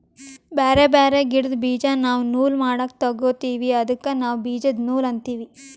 ಬ್ಯಾರೆ ಬ್ಯಾರೆ ಗಿಡ್ದ್ ಬೀಜಾ ನಾವ್ ನೂಲ್ ಮಾಡಕ್ ತೊಗೋತೀವಿ ಅದಕ್ಕ ನಾವ್ ಬೀಜದ ನೂಲ್ ಅಂತೀವಿ